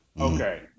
Okay